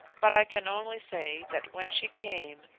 but i can only say that when she came,